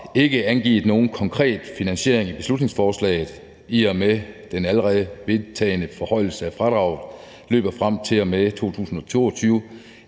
ikke angivet nogen konkret finansiering af beslutningsforslaget. I og med at den allerede vedtagne forhøjelse af fradraget løber frem til og med 2022,